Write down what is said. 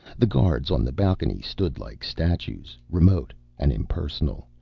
the guards on the balcony stood like statues, remote and impersonal.